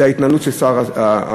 זה ההתנהלות של שר האוצר,